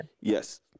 yes